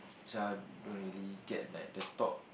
child don't really get like the top